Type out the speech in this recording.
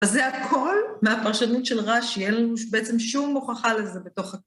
אז זה הכל מהפרשנות של רשי, אין לנו בעצם שום הוכחה לזה בתוך